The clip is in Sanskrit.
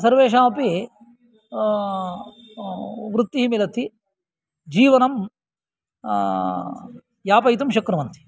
सर्वेषाम् अपि वृत्तिः मिलति जीवनं यापयितुं शक्नुवन्ति